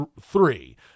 three